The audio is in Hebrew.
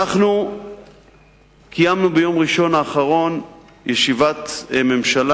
אנחנו קיימנו ביום ראשון האחרון ישיבת ממשלה